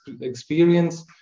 experience